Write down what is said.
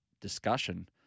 discussion